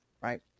right